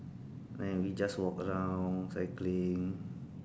then we just walk around cycling